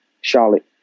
Charlotte